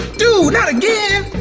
dude! not again?